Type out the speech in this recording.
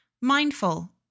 mindful